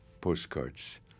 postcards